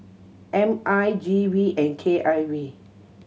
M I G V and K I V